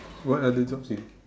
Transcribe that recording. what other jobs you